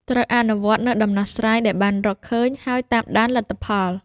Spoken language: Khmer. ត្រូវអនុវត្តនូវដំណោះស្រាយដែលបានរកឃើញ ហើយតាមដានលទ្ធផល។